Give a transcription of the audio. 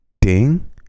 ding